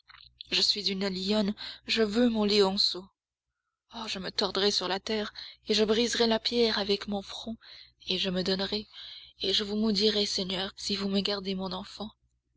je suis une lionne je veux mon lionceau oh je me tordrai sur la terre et je briserai la pierre avec mon front et je me damnerai et je vous maudirai seigneur si vous me gardez mon enfant